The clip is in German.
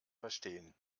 verstehen